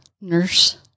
nurse